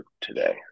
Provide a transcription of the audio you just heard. today